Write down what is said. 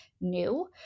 new